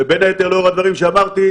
ובין היתר לאור הדברים שאמרתי,